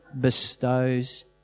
bestows